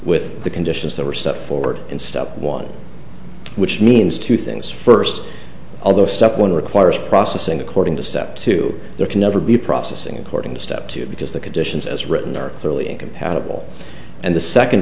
with the conditions that were set forward in step one which means two things first other step one requires processing according to step two there can never be processing according to step two because the conditions as written are fairly incompatible and the second